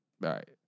right